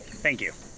thank you.